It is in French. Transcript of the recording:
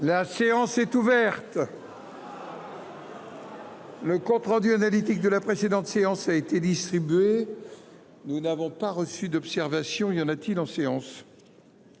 La séance est ouverte. Le compte rendu analytique de la précédente séance a été distribué. Nous n'avons pas reçu d'observation il y en a-t-il en séance.